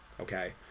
okay